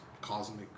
cosmic